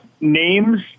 names